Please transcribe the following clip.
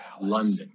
London